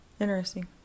Interesting